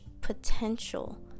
potential